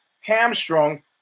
hamstrung